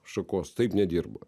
šakos taip nedirba